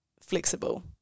flexible